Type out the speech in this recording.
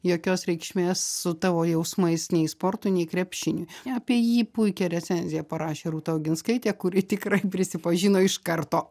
jokios reikšmės su tavo jausmais nei sportui nei krepšiniui apie jį puikią recenziją parašė rūta oginskaitė kuri tikrai prisipažino iš karto